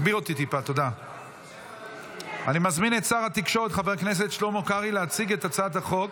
אני מזמין את שר התקשורת חבר הכנסת שלמה קרעי להציג את הצעת החוק.